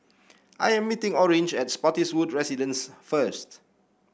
I am meeting Orange at Spottiswoode Residences first